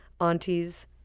aunties